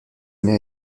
mère